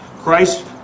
Christ